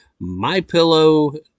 mypillow